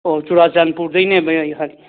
ꯑꯣ ꯆꯨꯔꯆꯥꯟꯄꯨꯔꯗꯒꯤꯅꯦꯕ ꯑꯩꯍꯥꯛ